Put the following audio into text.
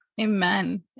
Amen